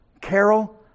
Carol